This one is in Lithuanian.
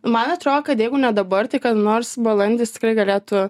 man atrodo kad jeigu ne dabar tai kad nors balandis tikrai galėtų